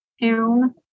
town